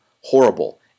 horrible